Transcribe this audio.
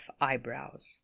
eyebrows